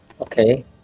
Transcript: Okay